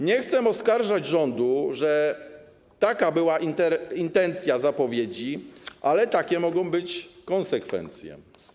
Nie chcę oskarżać rządu, że taka była intencja zapowiedzi, ale takie mogą być konsekwencje.